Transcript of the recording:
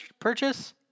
purchase